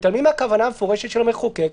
מתעלמים מהכוונה המפורשת של המחוקק,